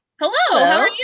Hello